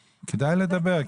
אבל --- כדאי לדבר.